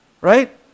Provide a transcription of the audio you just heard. Right